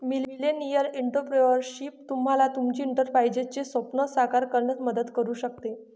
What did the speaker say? millennial entrepreneurship तुम्हाला तुमचे एंटरप्राइझचे स्वप्न साकार करण्यात मदत करू शकते